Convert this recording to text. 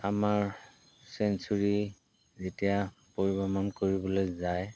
আমাৰ চেংচুৱেৰি যেতিয়া পৰিভ্ৰমণ কৰিবলৈ যায়